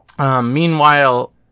Meanwhile